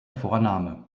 vorname